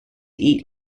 eat